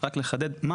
רק לחדד,